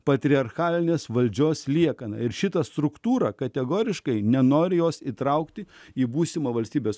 patriarchalinės valdžios liekana ir šitą struktūrą kategoriškai nenori jos įtraukti į būsimą valstybės